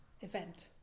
event